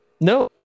No